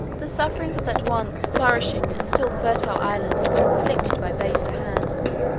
the sufferings of that once flourishing and still fertile island were inflicted by baser hands.